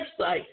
website